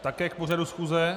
Také k pořadu schůze?